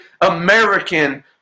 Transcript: American